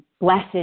blessed